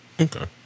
Okay